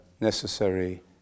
necessary